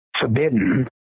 forbidden